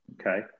okay